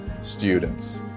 students